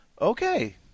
okay